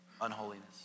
unholiness